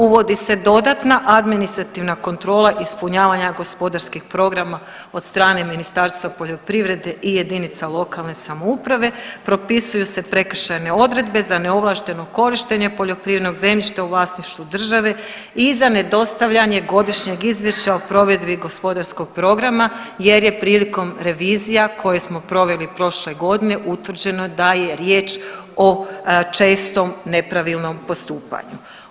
Uvodi se dodatna administrativna kontrola ispunjavanja gospodarskih programa od strane Ministarstva poljoprivrede i jedinica lokalne samouprave, propisuju se prekršajne odredbe za neovlašteno korištenje poljoprivrednog zemljišta u vlasništvu države i za nedostavljanje godišnjeg izvješća o provedbi gospodarskog programa jer je prilikom revizija koje smo proveli prošle godine utvrđeno da je riječ o čestom nepravilnom postupanju.